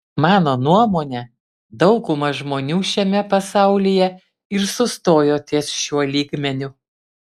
mano nuomone dauguma žmonių šiame pasaulyje ir sustojo ties šiuo lygmeniu